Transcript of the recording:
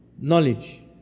knowledge